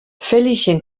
felixen